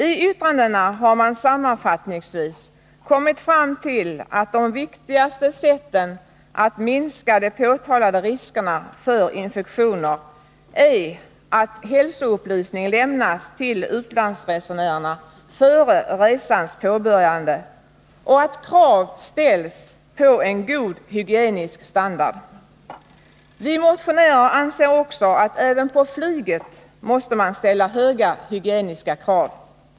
I yttrandena har man sammanfattningsvis kommit fram till att de viktigaste sätten att minska de berörda riskerna för infektioner är att hälsoupplysning lämnas till utlandsresenärerna före resans påbörjande och att krav ställs på en god hygienisk standard. Vi motionärer anser också att man även på flyget måste ställa höga hygieniska krav.